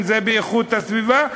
אם באיכות הסביבה,